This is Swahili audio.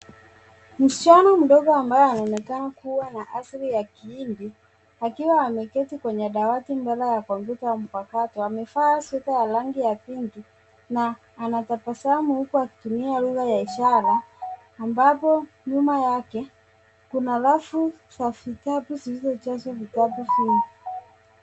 Msichana mdogo ambaye anaonekana kuwa na asili ya kihindi akiwa ameketi kwenye dawati mbele ya kompyuta mpakato. Amevaa sweta ya rangi ya pink na anatabasamu huku akitumia lugha ya ishara ambapo nyuma yake kuna rafu za vitabu zilizojazwa vitabu vingi.